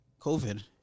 COVID